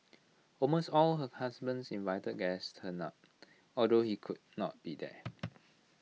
almost all her husband's invited guests turned up although he could not be there